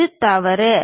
இது தவறு